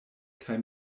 kaj